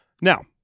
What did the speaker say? Now